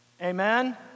Amen